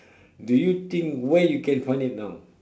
do you think where you can find it now